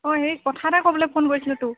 অ এই কথা এটা ক'বলৈ ফোন কৰিছিলোঁ তোক